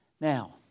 Now